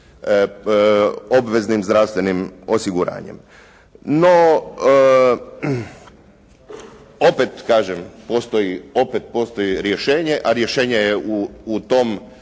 obveznim zdravstvenim osiguranjem. No, opet kažem postoji, opet postoji rješenje a rješenje u tom